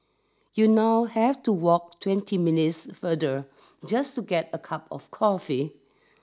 you now have to walk twenty minutes further just to get a cup of coffee